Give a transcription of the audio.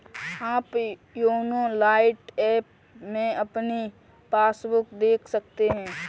आप YONO lite app में अपनी पासबुक देख सकते हैं